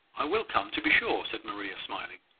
i will come, to be sure, said maria, smiling.